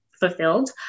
fulfilled